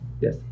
Yes